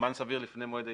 זמן סביר לפני מועד הישיבה,